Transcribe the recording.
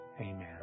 Amen